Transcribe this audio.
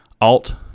alt